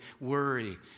worry